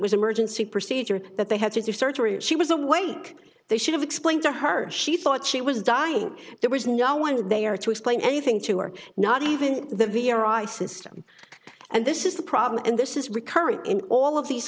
was emergency procedure that they had to do surgery or she was awake they should have explained to her she thought she was dying there was no one that they are to explain anything to or not even the very air i system and this is the problem and this is recurrent in all of these